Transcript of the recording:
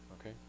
okay